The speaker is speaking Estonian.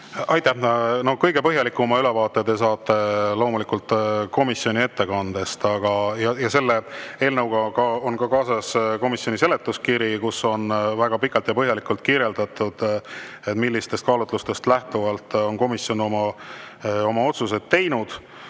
Aitäh! Kõige põhjalikuma ülevaate te saate loomulikult komisjoni ettekandest. Selle eelnõuga on kaasas ka komisjoni seletuskiri, kus on väga pikalt ja põhjalikult kirjeldatud, millistest kaalutlustest lähtuvalt on komisjon oma otsused teinud.